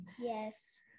yes